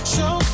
Show